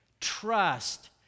Trust